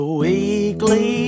weekly